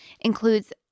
includes